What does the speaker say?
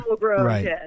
Right